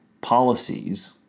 policies